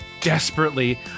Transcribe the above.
desperately